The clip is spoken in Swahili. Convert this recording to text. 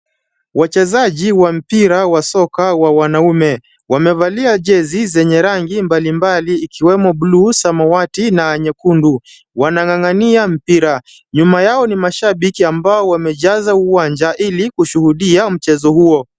Wachezaji wa mpira wa soka wa wanaume wamevalia jezi zenye rangi mbalimbali ikiwemo bluu, samawati na nyekundu. Wanangang'ania mpira. Nyuma yao ni mashabiki ambao wamejaza uwanja ili kushuhudia mchezo huo.